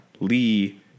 lee